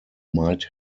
might